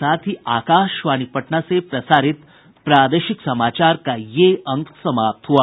इसके साथ ही आकाशवाणी पटना से प्रसारित प्रादेशिक समाचार का ये अंक समाप्त हुआ